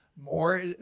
more